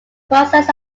process